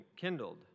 kindled